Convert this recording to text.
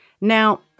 now